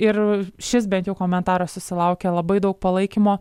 ir šis bent jau komentaras susilaukė labai daug palaikymo